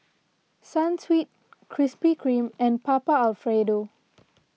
Sunsweet Krispy Kreme and Papa Alfredo